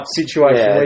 situation